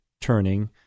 turning